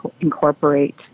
incorporate